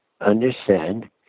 understand